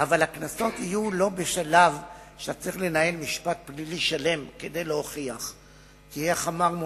אבל הקנסות לא יהיו בשלב שאתה צריך לנהל משפט פלילי שלם כדי להוכיח.